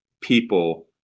people